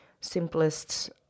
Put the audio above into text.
simplest